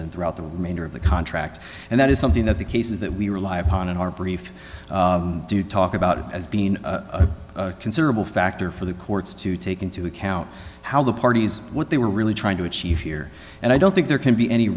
and throughout the remainder of the contract and that is something that the cases that we rely upon in our brief do talk about it as being a considerable factor for the courts to take into account how the parties what they were really trying to achieve here and i don't think there can be any